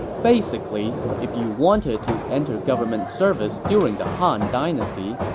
basically, if you wanted to enter government service during the han dynasty,